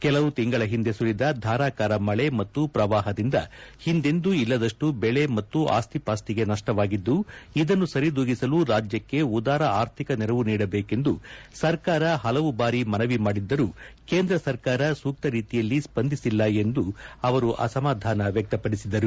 ಕೆಲವು ತಿಂಗಳ ಹಿಂದೆ ಸುರಿದ ಧಾರಾಕಾರ ಮಳೆ ಮತ್ತು ಪ್ರವಾಹದಿಂದ ಹಿಂದೆಂದೂ ಇಲ್ಲದಷ್ಟು ಬೆಳೆ ಮತ್ತು ಆಸ್ತಿ ಪಾಸ್ತಿಗೆ ನಷ್ಟವಾಗಿದ್ದು ಇದನ್ನು ಸರಿದೂಗಿಸಲು ರಾಜ್ಯಕ್ಕೆ ಉದಾರ ಆರ್ಥಿಕ ನೆರವು ನೀಡಬೇಕೆಂದು ಸರ್ಕಾರ ಹಲವು ಬಾರಿ ಮನವಿ ಮಾಡಿದ್ದರೂ ಕೇಂದ್ರ ಸರ್ಕಾರ ಸೂಕ್ತ ರೀತಿಯಲ್ಲಿ ಸ್ಪಂದಿಸಿಲ್ಲ ಎಂದು ಅವರು ಅಸಮಾಧಾನ ವ್ಯಕ್ತಪಡಿಸಿದ್ದಾರೆ